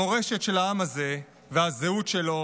המורשת של העם הזה והזהות שלו